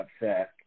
upset